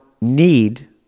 need